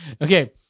okay